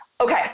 Okay